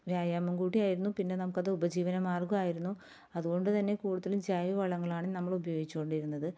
വ്യായാമം കൂടി ആയിരുന്നു പിന്നെ നമുക്കത് ഉപജീവനമാർഗ്ഗം ആയിരുന്നു അതുകൊണ്ട് തന്നെ കൂടുതലും ജൈവളങ്ങളാണ് നമ്മൾ ഉപയോഗച്ചുകൊണ്ടിരുന്നത്